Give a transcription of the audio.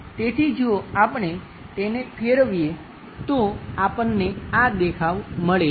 તેથી જો આપણે તેને ફેરવીએ તો આપણને આ દેખાવ મળે છે